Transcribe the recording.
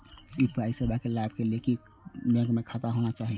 UPI सेवा के लाभ लै के लिए बैंक खाता होना चाहि?